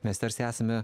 mes tarsi esame